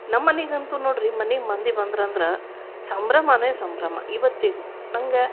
ನಮ್ಮನಿಗಂತೂ ನೋಡ್ರಿ ಮನೆಗೆ ಮಂದಿ ಬಂದ್ರಂದ್ರೆ ಸಂಭ್ರಮವೇ ಸಂಭ್ರಮ ಇವತ್ತಿಗೂ ನಂಗೆ